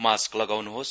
mask लगाउन्होस्